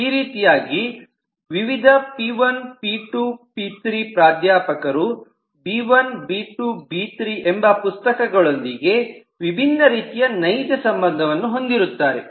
ಈ ರೀತಿಯಾಗಿ ವಿವಿಧ ಪಿ1 ಪಿ2 ಪಿ3 P1 P2 P3 ಪ್ರಾಧ್ಯಾಪಕರು ಬಿ1 ಬಿ2 ಬಿ3 B1 B2 B3 ಎಂಬ ಪುಸ್ತಕಗಳೊಂದಿಗೆ ವಿಭಿನ್ನ ರೀತಿಯ ನೈಜ ಸಂಬಂಧಗಳನ್ನು ಹೊಂದಿರುತ್ತದೆ